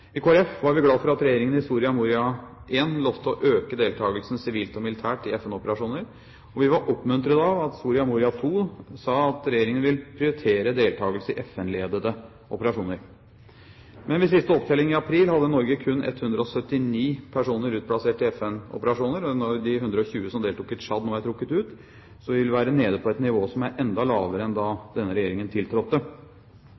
I Kristelig Folkeparti var vi glade for at regjeringen i Soria Moria I lovet å «øke deltakelsen sivilt og militært i FN-operasjoner». Og vi var oppmuntret av at Soria Moria II sa at regjeringen vil «prioritere deltakelse i FN-ledede fredsoperasjoner». Men ved siste opptelling i april hadde Norge kun 179 personer utplassert i FN-operasjoner. Når de 120 som deltok i Tsjad nå er trukket ut, vil vi være nede på et nivå som er enda lavere enn da